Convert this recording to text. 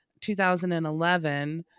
2011